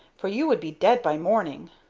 for you would be dead by morning.